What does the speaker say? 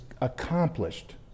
accomplished